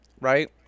right